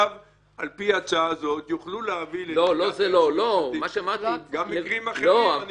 על פי ההצעה הזאת יוכלו להביא --- גם מקרים אחרים.